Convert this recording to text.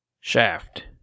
Shaft